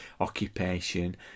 occupation